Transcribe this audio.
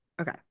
Okay